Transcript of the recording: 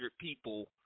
people